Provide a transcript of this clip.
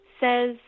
says